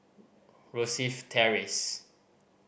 Rosyth Terrace